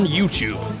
YouTube